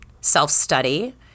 self-study